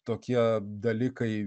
tokie dalykai